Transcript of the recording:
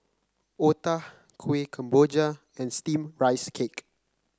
otah Kuih Kemboja and steamed Rice Cake